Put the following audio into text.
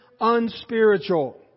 unspiritual